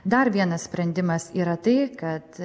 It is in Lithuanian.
dar vienas sprendimas yra tai kad